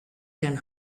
can